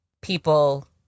people